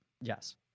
Yes